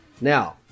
Now